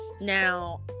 Now